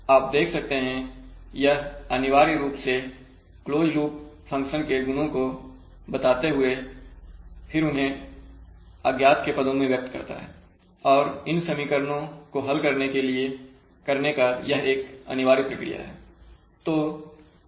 तो आप देख सकते हैं यह अनिवार्य रूप से क्लोज लूप फ़ंक्शन के गुणों को बताते हुए फिर उन्हें अज्ञात के पदों में व्यक्त करता है और इन समीकरणों को हल करने का यह एक अनिवार्य प्रक्रिया है